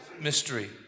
Mystery